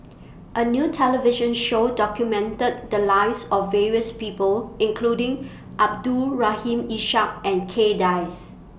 A New television Show documented The Lives of various People including Abdul Rahim Ishak and Kay Das